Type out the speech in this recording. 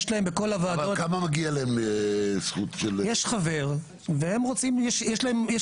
אבל כמה מגיע להם זכות של --- יש חבר ויש כאלה